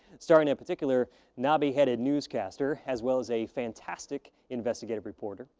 starting a particular knobby-headed newscaster, as well as a fantastic investigative reporter.